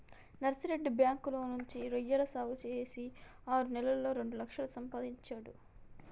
Narsireddy bank loan తెచ్చి రొయ్యల సాగు చేసి ఆరు నెలల్లోనే రెండు లక్షలు సంపాదించిండు